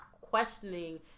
questioning